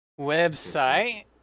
website